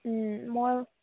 মই